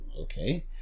okay